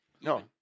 No